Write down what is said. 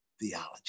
theology